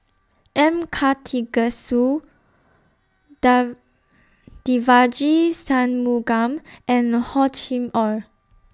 M Karthigesu Dai Devagi Sanmugam and Hor Chim Or